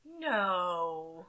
no